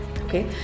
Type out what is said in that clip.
okay